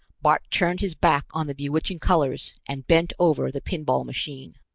bart turned his back on the bewitching colors, and bent over the pinball machine.